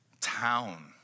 town